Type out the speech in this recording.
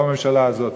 לא הממשלה הזאת,